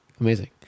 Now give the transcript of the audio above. amazing